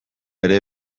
ere